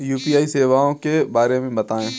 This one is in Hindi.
यू.पी.आई सेवाओं के बारे में बताएँ?